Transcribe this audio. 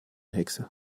hexe